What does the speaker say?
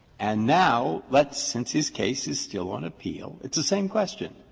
and now, let's since his case is still on appeal, it's the same question.